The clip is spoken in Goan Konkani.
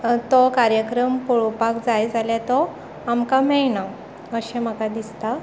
तो कार्यक्रम पळोपाक जाय जाल्यार तो आमकां मेळना अशें माका दिसता